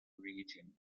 region